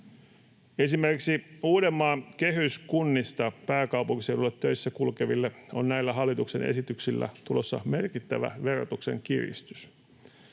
Esimerkiksi Uudenmaan kehyskunnista pääkaupunkiseudulle töissä kulkeville on näillä hallituksen esityksillä tulossa merkittävä verotuksen kiristys.